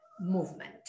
movement